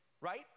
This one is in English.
Right